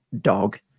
dog